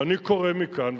ואני קורא מכאן,